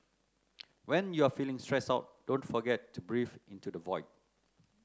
when you are feeling stressed out don't forget to breathe into the void